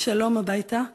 בשלום הביתה.